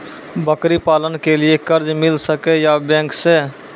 बकरी पालन के लिए कर्ज मिल सके या बैंक से?